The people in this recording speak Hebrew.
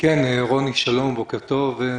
כן, רוני, שלום, בוקר טוב.